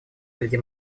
среди